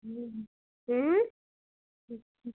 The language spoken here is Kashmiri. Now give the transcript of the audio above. اۭں